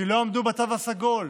כי לא עמדו בתו הסגול,